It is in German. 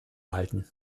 halten